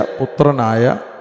putranaya